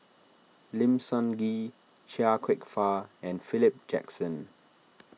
Lim Sun Gee Chia Kwek Fah and Philip Jackson